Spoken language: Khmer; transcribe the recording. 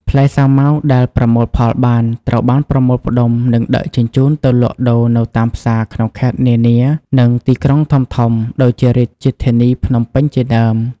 ផ្លែសាវម៉ាវដែលប្រមូលផលបាន ត្រូវបានប្រមូលផ្ដុំនិងដឹកជញ្ជូនទៅលក់ដូរនៅតាមផ្សារក្នុងខេត្តនានា និងទីក្រុងធំៗ ដូចជារាជធានីភ្នំពេញជាដើម។